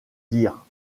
dire